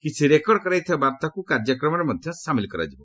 କିଛି ରେକର୍ଡ଼ କରାଯାଇଥିବା ବାର୍ତ୍ତାକୁ କାର୍ଯ୍ୟକ୍ରମରେ ମଧ୍ୟ ସାମିଲ୍ କରାଯିବ